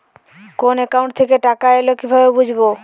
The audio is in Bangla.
কোন একাউন্ট থেকে টাকা এল কিভাবে বুঝব?